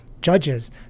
judges